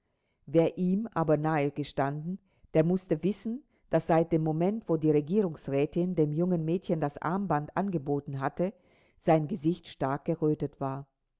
wer ihm aber nahe gestanden der mußte wissen daß seit dem moment wo die regierungsrätin dem jungen mädchen das armband angeboten hatte sein gesicht stark gerötet war